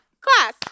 Class